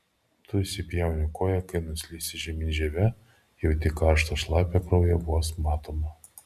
tu įsipjauni koją kai nuslysti žemyn žieve jauti karštą šlapią kraują vos matomą